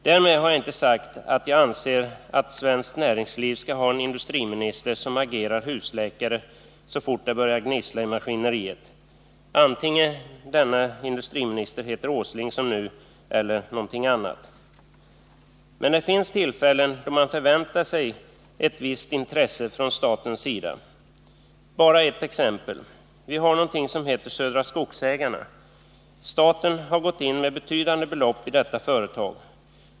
Därmed har jag inte sagt att jag anser att svenskt näringsliv skall ha en industriminister som agerar husläkare så fort det börjar gnissla i maskineriet — vare sig denne industriminister heter Åsling, som nu, eller någonting annat. Men det finns tillfällen då man förväntar sig ett visst intresse från statens sida. Bara ett exempel: Vi har någonting som heter Södra Skogsägarna. Staten har gått in med betydande belopp i detta företag.